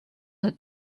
had